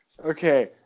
Okay